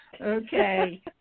Okay